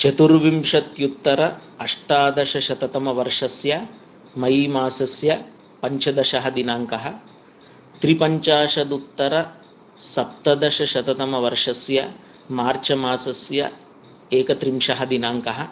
चतुर्विंशत्त्युत्तर अष्टादशशततमवर्षस्य मे मासस्य पञ्चदशः दिनाङ्कः त्रिपञ्चाशदुत्तरसप्तदशशततमवर्षस्य मार्च् मासस्य एकत्रिंशः दिनाङ्कः